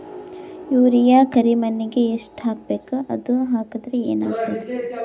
Urea ಕರಿಮಣ್ಣಿಗೆ ಎಷ್ಟ್ ಹಾಕ್ಬೇಕ್, ಅದು ಹಾಕದ್ರ ಏನ್ ಆಗ್ತಾದ?